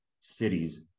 cities